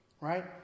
right